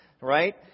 right